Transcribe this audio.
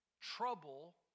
trouble